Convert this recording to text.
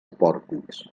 pòrtics